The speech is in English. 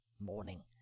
morning